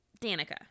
Danica